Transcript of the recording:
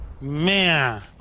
man